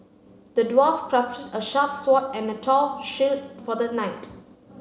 the dwarf crafted a sharp sword and a tough shield for the knight